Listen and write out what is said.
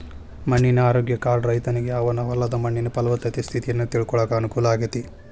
ಮಣ್ಣಿನ ಆರೋಗ್ಯ ಕಾರ್ಡ್ ರೈತನಿಗೆ ಅವನ ಹೊಲದ ಮಣ್ಣಿನ ಪಲವತ್ತತೆ ಸ್ಥಿತಿಯನ್ನ ತಿಳ್ಕೋಳಾಕ ಅನುಕೂಲ ಆಗೇತಿ